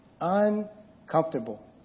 uncomfortable